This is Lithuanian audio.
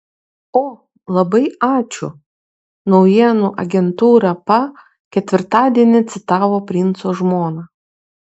o labai ačiū naujienų agentūra pa ketvirtadienį citavo princo žmoną